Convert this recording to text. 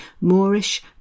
Moorish